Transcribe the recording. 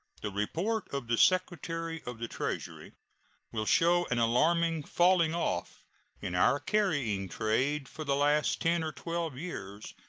the report of the secretary of the treasury will show an alarming falling off in our carrying trade for the last ten or twelve years,